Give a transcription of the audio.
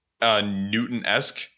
Newton-esque